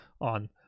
on